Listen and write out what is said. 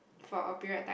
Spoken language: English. for a period time